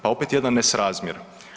Pa opet jedan nesrazmjer.